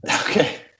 Okay